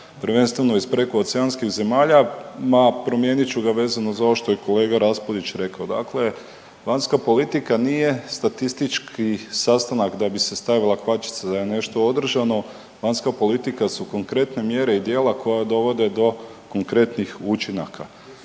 prvenstveno iz prekooceanskih zemalja, ma promijenit ću vezano za ovo što je kolega Raspudić rekao. Dakle vanjska politika nije statistički sastanak da bi se stavila kvačica da je nešto održano. Vanjska politika su konkretne mjere i djela koja dovode do konkretnih učinaka.